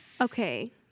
Okay